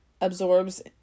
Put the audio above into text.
absorbs